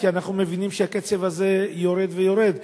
כי אנחנו מבינים שהקצב הזה יורד ויורד,